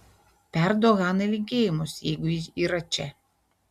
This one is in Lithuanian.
perduok hanai linkėjimus jeigu ji yra čia